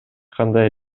кандай